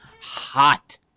hot